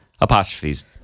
Apostrophes